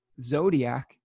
zodiac